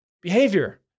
behavior